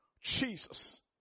Jesus